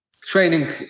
training